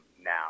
now